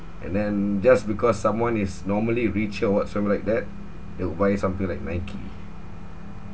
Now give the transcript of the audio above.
and then just because someone is normally rich or whatsoever like that they would buy something like nike